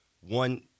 one